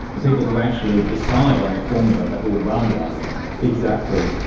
the people who actually decide on the formula that will run the algorithm. exactly,